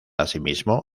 asimismo